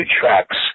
tracks